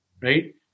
right